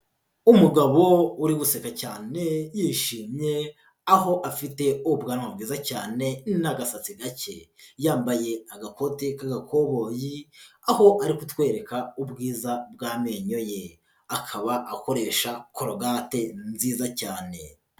Umugabo uri guseka cyane yishimye aho afite ubwanwa bwiza cyane n'agasatsi gake, yambaye agakote k'agakoboyi aho ari kutwereka ubwiza bw'amenyo ye, akaba akoresha korogate nziza cyane.